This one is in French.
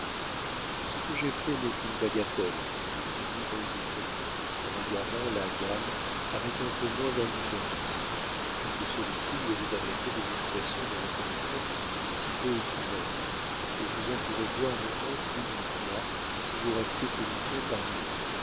ce que j'ai fait n'est qu'une bagatelle répondit œil defaucon regardant la gamme avec un peu moins d'indifférence depuis que celui-ci lui avait adressé des expressions de reconnaissance si peu équivoques et vous en pourrez voir autant plus d'une fois si vous restez plus longtemps parmi nous